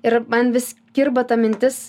ir man vis kirba ta mintis